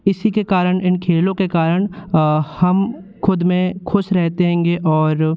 इसी के कारण इन खेलों के कारण हम ख़ुद में खुश रहते हैंगे और